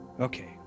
Okay